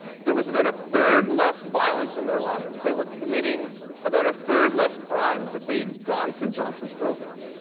there was about a third less violence in their lives. they were committing about a third less crimes if they had gone through johnson's program,